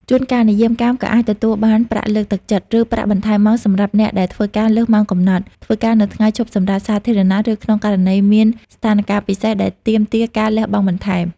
ជួនកាល អ្នកយាមកាមក៏អាចទទួលបានប្រាក់លើកទឹកចិត្ត ឬប្រាក់បន្ថែមម៉ោងសម្រាប់អ្នកដែលធ្វើការលើសម៉ោងកំណត់ ធ្វើការនៅថ្ងៃឈប់សម្រាកសាធារណៈ ឬក្នុងករណីមានស្ថានការណ៍ពិសេសដែលទាមទារការលះបង់បន្ថែម។